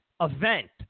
event